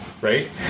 right